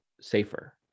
safer